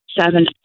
seven